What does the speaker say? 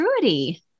Truity